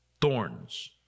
Thorns